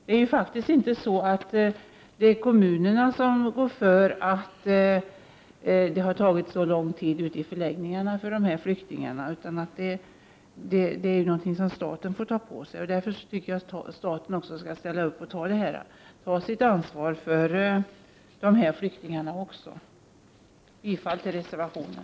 Det är inte kommunerna som rår för att flyktingarna har fått vara så lång tid ute i förläggningarna, utan detta ansvar får staten ta på sig. Därför anser jag att staten också skall ställa upp och ta sitt ansvar för dessa flyktingar. Jag yrkar bifall till reservationen.